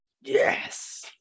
Yes